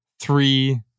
three